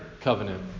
covenant